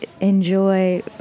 enjoy